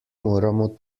moramo